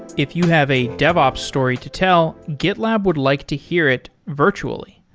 if you have a devops story to tell, gitlab would like to hear it virtually.